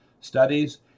studies